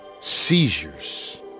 seizures